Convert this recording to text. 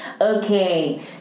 Okay